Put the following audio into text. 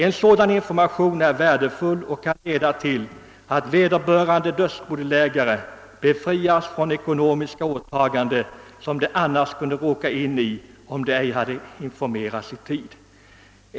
En sådan information är värdefull och kan leda till att dödsbodelägare befrias från ekonomiska åtaganden som de annars kunde ha råkat drabbas av om de inte i tid fått information.